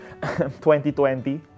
2020